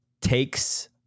takes